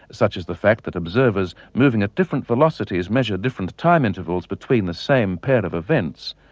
such as the fact that observers moving at different velocities measure different time intervals between the same pair of events,